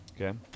Okay